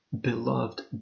beloved